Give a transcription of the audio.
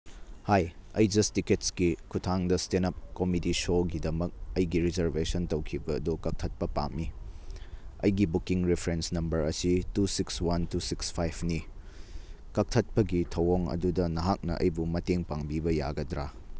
ꯍꯥꯏ ꯑꯩ ꯖꯁꯇꯤꯀꯦꯠꯁꯀꯤ ꯈꯨꯊꯥꯡꯗ ꯏꯁꯇꯦꯟ ꯑꯞ ꯀꯣꯃꯦꯗꯤ ꯁꯣꯒꯤꯗꯃꯛ ꯑꯩꯒꯤ ꯔꯤꯖꯔꯚꯦꯁꯟ ꯇꯧꯈꯤꯕ ꯑꯗꯣ ꯀꯛꯊꯠꯄ ꯄꯥꯝꯃꯤ ꯑꯩꯒꯤ ꯕꯨꯛꯀꯤꯡ ꯔꯤꯐ꯭ꯔꯦꯟꯁ ꯅꯝꯕꯔ ꯑꯁꯤ two six one two six ꯐꯥꯏꯚꯅꯤ ꯀꯛꯊꯠꯄꯒꯤ ꯊꯧꯑꯣꯡ ꯑꯗꯨꯗ ꯅꯍꯥꯛꯅ ꯑꯩꯕꯨ ꯃꯇꯦꯡ ꯄꯥꯡꯕꯤꯕ ꯌꯥꯒꯗ꯭ꯔ